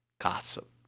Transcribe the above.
gossip